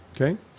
Okay